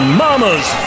mama's